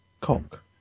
cock